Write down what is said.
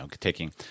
taking